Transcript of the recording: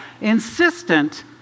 Insistent